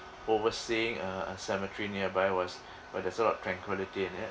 overseeing a a cemetery nearby was but that's a lot of tranquility in it